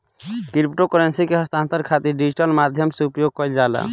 crypto currency के हस्तांतरण खातिर डिजिटल माध्यम से उपयोग कईल जाला